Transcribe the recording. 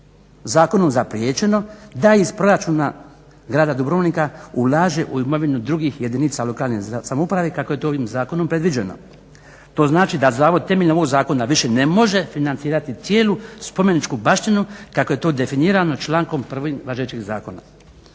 zakonom zapriječeno da iz proračuna grada Dubrovnika ulaže u imovinu drugih jedinica lokalne samouprave kako je ovim zakonom predviđeno. To znači da zavod temeljem ovog zakona više ne može financirati cijelu spomeničku baštinu kako je to definirano člankom 1.važećeg zakona.